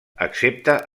excepte